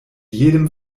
jedem